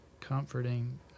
comforting